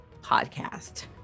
podcast